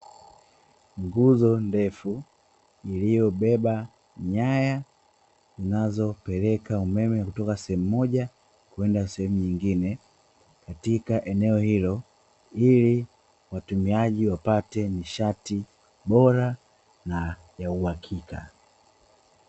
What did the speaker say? Nguzo ndefu iliyobeba nyaya zinazopeleka umeme, kutoka sehemu moja kwenda sehemu nyingine katika eneo hilo, ili mtumiaji apate nishati bora na ya uhakika.